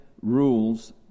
rules